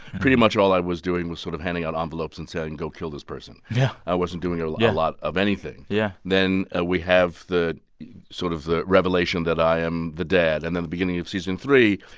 pretty much all i was doing was sort of handing out envelopes and saying, go kill this person yeah i wasn't doing. ah yeah. a lot of anything yeah then ah we have the sort of the revelation that i am the dad. and then at the beginning of season three,